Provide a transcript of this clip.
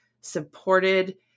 supported